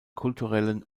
kulturellen